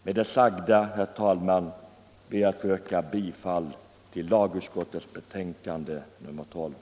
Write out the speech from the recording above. Med det sagda, herr talman, ber jag att få yrka bifall till utskottets hemställan.